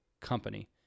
company